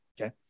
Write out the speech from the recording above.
okay